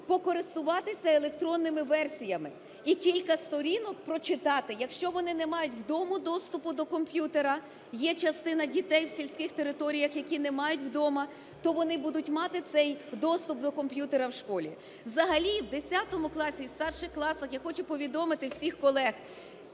покористуватися електронними версіями. І кілька сторінок прочитати, якщо вони не мають вдома доступу до комп'ютера, є частина дітей в сільських територіях, які не мають вдома, то вони будуть мати цей доступ до комп'ютера в школі. Взагалі в 10-му класі, в старших класах, я хочу повідомити всіх колег,